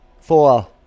four